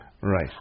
Right